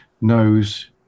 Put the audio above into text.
knows